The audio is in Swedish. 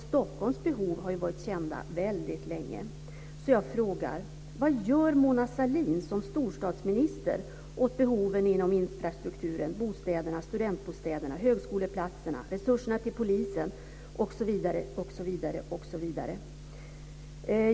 Stockholms behov har ju varit kända väldigt länge, så jag frågar: Vad gör Mona Sahlin som storstadsminister åt behoven inom infrastrukturen, bostäderna, studentbostäderna, högskoleplatserna, resurserna till polisen, osv?